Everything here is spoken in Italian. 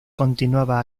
continuava